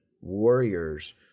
warriors